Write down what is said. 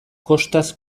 kostaz